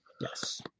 Yes